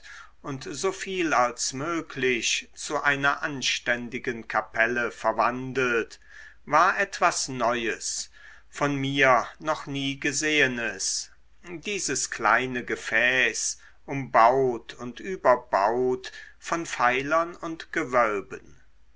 und so viel als möglich zu einer anständigen kapelle verwandelt war etwas neues von mir noch nie gesehenes dieses kleine gefäß umbaut und überbaut von pfeilern und gewölben